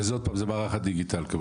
שוב, זה מערך הדיגיטל.